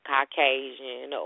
Caucasian